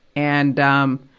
and, ah, um